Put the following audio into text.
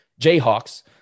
Jayhawks